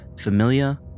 familiar